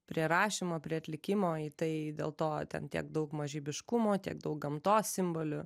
prie rašymo prie atlikimo tai dėl to ten tiek daug mažybiškumo tiek daug gamtos simbolių